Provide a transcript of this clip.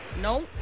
No